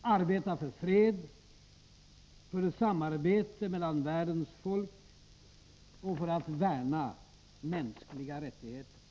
arbeta för fred, för samarbete mellan världens folk och för att värna mänskliga rättigheter.